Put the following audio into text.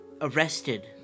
arrested